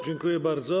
Dziękuję bardzo.